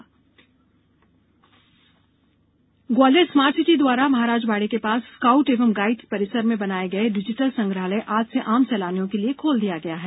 digital संग्रहालय Gwalior smart city द्वारा महाराज बाड़े के पास स्काउट एंड गाइड के परिसर में बनाए गए डिजिटल संग्रहालय आज से आम सैलानियों के लिए खोल दिया गया है